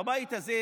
בבית הזה,